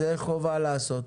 זה חובה לעשות.